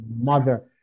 mother